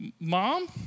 Mom